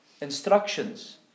instructions